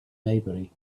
maybury